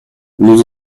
nous